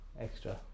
Extra